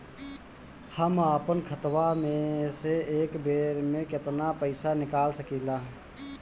हम आपन खतवा से एक बेर मे केतना पईसा निकाल सकिला?